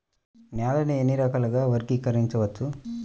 నేలని ఎన్ని రకాలుగా వర్గీకరించవచ్చు?